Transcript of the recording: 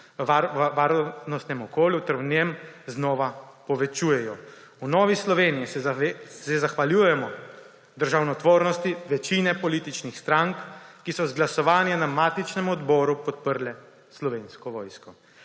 varnostnem okolju ter v njem znova povečujejo. V Novi Sloveniji se zahvaljujemo državotvornosti večine političnih strank, ki so z glasovanjem na matičnem odboru podprle slovensko vojsko.